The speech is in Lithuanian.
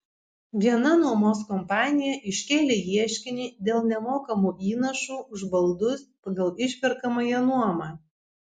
viena nuomos kompanija iškėlė ieškinį dėl nemokamų įnašų už baldus pagal išperkamąją nuomą